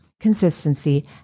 consistency